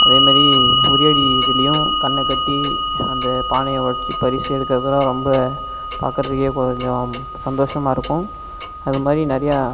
அதே மாதிரி உறியடி இதுலியும் கண்ணை கட்டி அந்த பானையை உடைத்து பரிசு எடுக்கிறதுலா ரொம்ப பார்க்குறதுக்கே கொஞ்சம் சந்தோசமாக இருக்கும் அது மாதிரி நிறையா